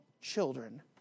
children